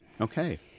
Okay